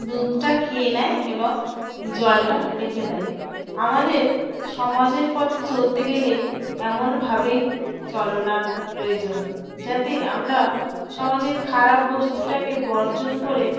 দুধটা খেয়ে নেয় এবং জলটা রেখে দেয় আমাদের সমাজের পথে চলতে গেলে এমনভাবেই চলনার প্রয়োজন যাতে আমরা সমাজের খারাপ বস্তুটাকে বর্জন করে